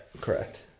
correct